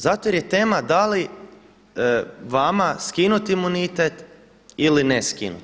Zato jer je tema da li vama skinuti imunitet ili ne skinuti.